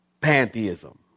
Pantheism